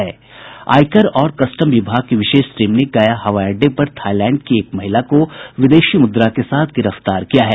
आयकर और कस्टम विभाग की विशेष टीम ने गया हवाई अड़डे पर थाईलैंड की एक महिला को विदेशी मुद्रा के साथ गिरफ्तार किया है